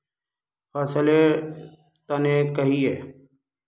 फसल लेर तने कहिए?